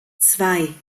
zwei